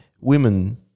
Women